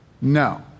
No